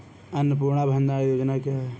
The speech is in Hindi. अन्नपूर्णा भंडार योजना क्या है?